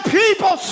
people